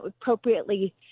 appropriately